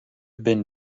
been